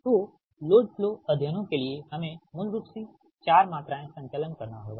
तो load flow अध्ययनों के लिए हमें मूल रूप से 4 मात्राएँ संचलन करना होगा